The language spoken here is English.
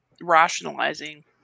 rationalizing